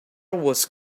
was